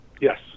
Yes